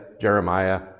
Jeremiah